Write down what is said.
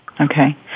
Okay